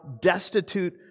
destitute